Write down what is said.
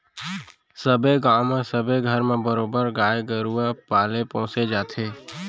सबे गाँव म सबे घर म बरोबर गाय गरुवा पाले पोसे जाथे